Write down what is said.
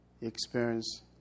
experience